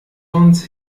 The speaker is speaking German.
ons